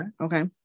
Okay